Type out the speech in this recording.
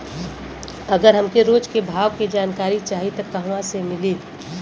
अगर हमके रोज के भाव के जानकारी चाही त कहवा से मिली?